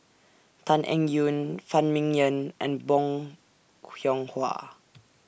Tan Eng Yoon Phan Ming Yen and Bong Hiong Hwa